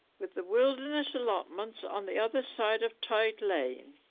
with the wilderness allotments on the other side of tite lane